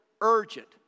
urgent